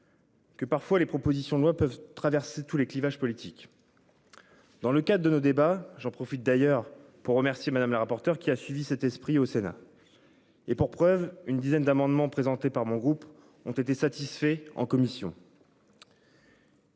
Que parfois les propositions de loi peuvent traverser tous les clivages politiques. Dans le cadre de nos débats j'en profite d'ailleurs pour remercier madame la rapporteure qui a suivi cet esprit au Sénat. Et pour preuve une dizaine d'amendements présentés par mon groupe ont été satisfaits en commission.